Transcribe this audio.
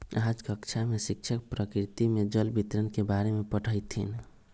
आज कक्षा में शिक्षक प्रकृति में जल वितरण के बारे में पढ़ईथीन